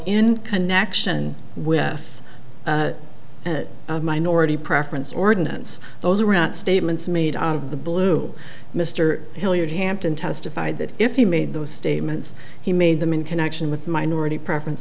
in connection with minority preference ordinance those around statements made out of the blue mr hilliard hampton testified that if he made those statements he made them in connection with minority preference